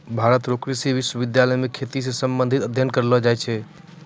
भारत रो कृषि विश्वबिद्यालय मे खेती रो संबंधित अध्ययन करलो जाय छै